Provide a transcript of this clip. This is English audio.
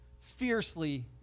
fiercely